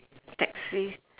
taxi